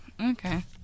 okay